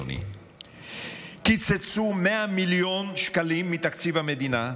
אדוני: קיצצו 100 מיליון שקלים מתקציב המדינה,